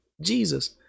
Jesus